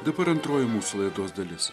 dabar antroji mūsų laidos dalis